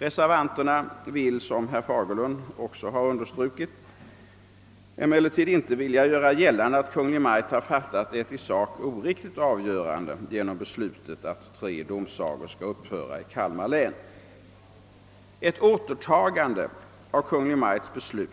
Reservanterna synes, såsom också herr Fagerlund understrukit, emellertid inte vilja göra gällande att Kungl. Maj:t har fattat ett i sak oriktigt avgörande genom beslutet att tre domsagor i Kalmar län skall upphöra. Ett återtagande av Kungl. Maj:ts beslut